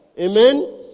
amen